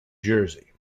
jersey